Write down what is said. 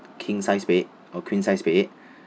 king size bed or queen size bed